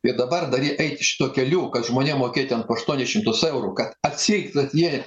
jie dabar dary eiti šituo keliu kad žmonėm mokėt ten po aštuonis šimtus eurų kad atseit kad jie